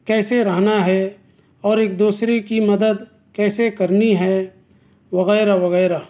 کیسے رہنا ہے اور ایک دوسرے کی مدد کیسے کرنی ہے وغیرہ وغیرہ